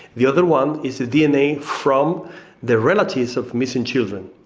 the other one is the dna from the relatives of missing children.